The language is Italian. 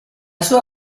sua